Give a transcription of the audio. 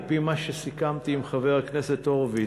על-פי מה שסיכמתי עם חבר הכנסת הורוביץ,